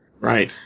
Right